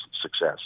success